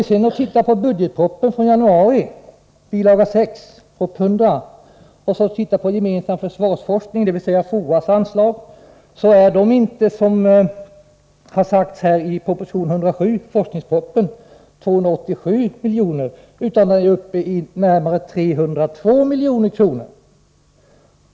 I budgetpropositionen, bilaga 6, finner vi att anslaget till gemensam försvarsforskning, dvs. FOA:s anslag, inte uppgår till 287 miljoner, som det sägs i proposition 107, utan det är uppe i närmare 302 milj.kr.